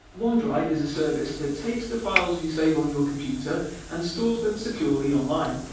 onedrive is a service that takes the files you save on your computer and stores them securely online.